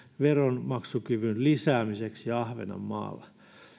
veronmaksukyvyn lisäämiseksi ahvenanmaalla